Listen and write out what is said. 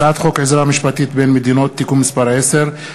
הצעת חוק עזרה משפטית בין מדינות (תיקון מס' 10),